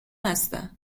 هستن